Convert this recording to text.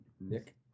Nick